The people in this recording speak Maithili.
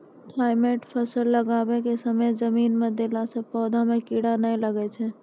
थाईमैट फ़सल लगाबै के समय जमीन मे देला से पौधा मे कीड़ा नैय लागै छै?